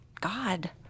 God